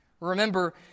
Remember